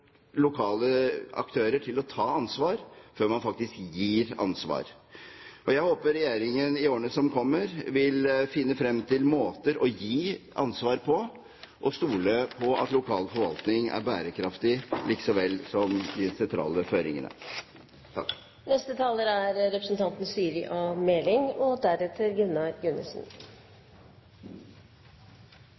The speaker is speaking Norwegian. lokale aktører til å ta ansvar før man faktisk gir ansvar. Jeg håper at regjeringen i årene som kommer, vil finne frem til måter å gi ansvar på og stole på at lokal forvaltning er bærekraftig, likså vel som de sentrale føringene. Høyre nedsatte et eget eiendomsrettsutvalg etter valget i 2009. Dette utvalget skulle se på rammevilkårene for privat eiendomsrett og